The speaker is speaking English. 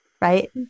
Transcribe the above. Right